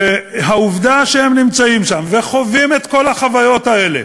והעובדה שהם נמצאים שם וחווים את כל החוויות האלה